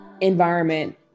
environment